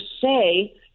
say